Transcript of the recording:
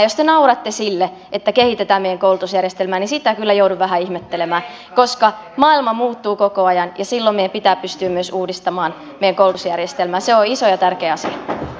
jos te nauratte sille että kehitämme meidän koulutusjärjestelmäämme niin sitä kyllä joudun vähän ihmettelemään koska maailma muuttuu koko ajan ja silloin meidän pitää pystyä myös uudistamaan meidän koulutusjärjestelmäämme